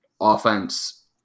offense